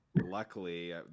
luckily